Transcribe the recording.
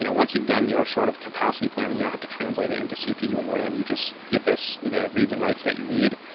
you know once you've done your sort of capacity planning, you don't have to translate it into cpu and ram. you just get the reads and writes that you need.